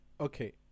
Okay